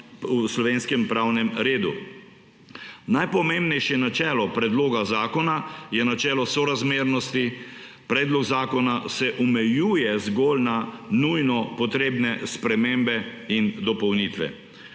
v slovenskem pravnem redu. Najpomembnejše načelo predloga zakona je načelo sorazmernosti. Predlog zakona se omejuje zgolj na nujno potrebne spremembe in dopolnitve.